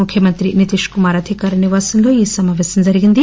ముఖ్యమంత్రి నితీష్ కుమార్ అధికార నివాసంలో ఈ సమాపేశం జరిగింది